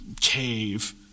cave